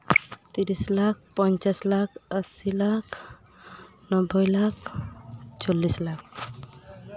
ᱛᱤᱨᱤᱥ ᱞᱟᱠᱷ ᱯᱚᱧᱪᱟᱥ ᱞᱟᱠᱷ ᱟᱥᱤ ᱞᱟᱠᱷ ᱱᱚᱵᱵᱳᱭ ᱞᱟᱠᱷ ᱪᱚᱞᱞᱤᱥ ᱞᱟᱠᱷ